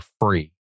free